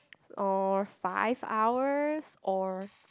or five hours or